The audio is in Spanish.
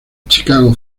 chicago